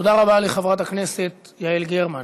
תודה רבה לחברת הכנסת על גרמן.